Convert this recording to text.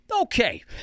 okay